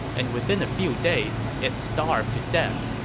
and within a few days, it starved to death,